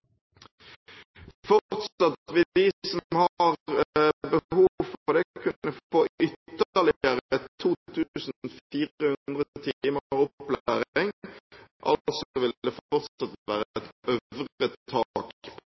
Fortsatt vil de som har behov for det, kunne få ytterligere 2 400 timer opplæring, altså vil det fortsatt være et øvre tak